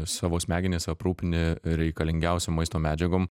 savo smegenis aprūpini reikalingiausiom maisto medžiagom